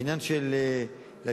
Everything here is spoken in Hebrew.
בעניין של לקיה,